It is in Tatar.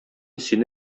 сине